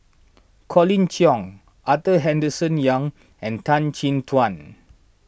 Colin Cheong Arthur Henderson Young and Tan Chin Tuan